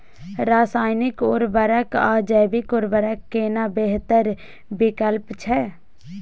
रसायनिक उर्वरक आ जैविक उर्वरक केना बेहतर विकल्प छै?